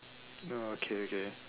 oh okay okay